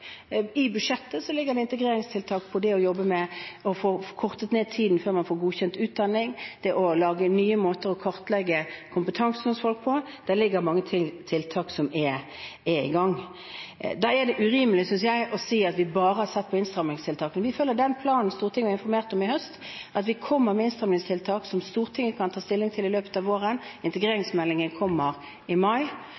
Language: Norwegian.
I budsjettet ligger det integreringstiltak som å jobbe med å få kortet ned tiden for å få godkjent utdanning, for å lage nye måter å kartlegge folks kompetanse på – det ligger mange tiltak der som er i gang. Da er det urimelig, synes jeg, å si at vi bare har sett på innstrammingstiltakene. Vi følger den planen Stortinget ble informert om i høst – vi kommer med innstrammingstiltak som Stortinget kan ta stilling til i løpet av våren.